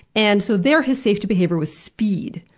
and so there, his safety behavior was speed.